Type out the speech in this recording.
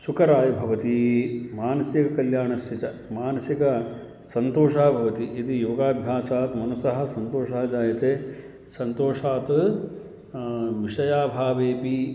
सुकराय भवति मानसिक कल्याणस्य च मानसिक सन्तोषं भवति यदि योगाभ्यासात् मनसः सन्तोषः जायते सन्तोषात् विषयाभावेपि